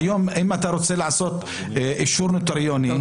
אם אתה רוצה לעשות אישור נוטריוני,